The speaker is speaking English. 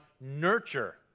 nurture